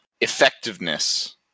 effectiveness